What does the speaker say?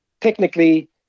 Technically